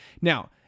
now